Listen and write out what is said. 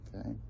okay